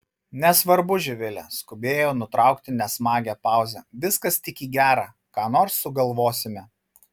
nesvarbu živile skubėjo nutraukti nesmagią pauzę viskas tik į gera ką nors sugalvosime